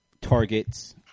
targets